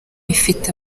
ifite